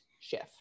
shift